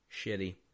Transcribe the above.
Shitty